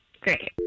Great